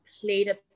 played